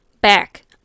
Back